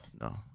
No